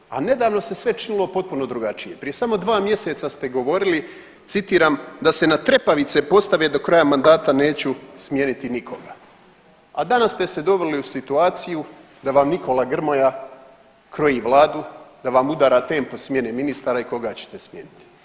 Krhki ste, a nedavno se sve činilo potpuno drugačije, prije samo dva mjeseca ste govorili, citiram, da se na trepavice postave do kraja mandata neću smijeniti nikoga, a danas ste se doveli u situaciju da vam Nikola Grmoja kroji vladu, da vam udara tempo smjene ministara i koga ćete smijeniti.